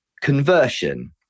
conversion